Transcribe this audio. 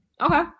Okay